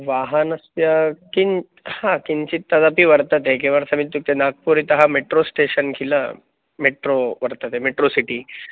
वाहनस्य किन्तु हा किञ्चित् तदपि वर्तते किमर्थमित्युक्ते नागपुरतः मेट्रो स्टेशन् किल मेट्रो वर्तते मेट्रो सिटि